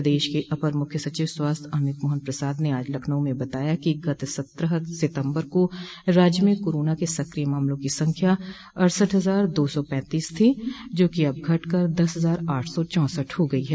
प्रदेश के अपर मुख्य सचिव स्वास्थ्य अमित माहन प्रसाद ने आज लखनऊ में बताया कि गत सत्रह सितम्बर को राज्य में कोरोना के सकिय मामलों की संख्या अड़सठ हजार दो सौ पैतीस थी जो कि अब घटकर दस हजार आठ सौ चौसठ हो गयी है